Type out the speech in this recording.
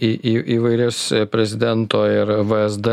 į į įvairias prezidento ir vsd